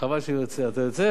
חבל שאתה יוצא.